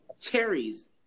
cherries